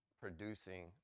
producing